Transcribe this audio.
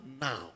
now